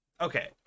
okay